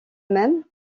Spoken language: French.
même